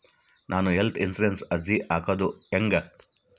ನಾನು ಹೆಲ್ತ್ ಇನ್ಸುರೆನ್ಸಿಗೆ ಅರ್ಜಿ ಹಾಕದು ಹೆಂಗ?